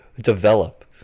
develop